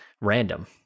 random